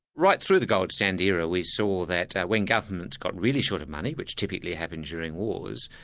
right through the gold standard era we saw that when governments got really short of money, which typically happens during wars,